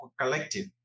Collective